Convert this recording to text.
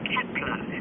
Kepler